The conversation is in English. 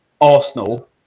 Arsenal